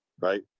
right